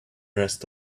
rest